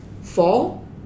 fall